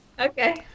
Okay